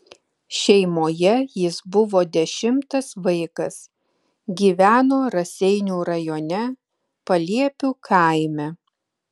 šeimoje jis buvo dešimtas vaikas gyveno raseinių rajone paliepių kaime